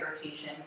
irritation